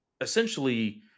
essentially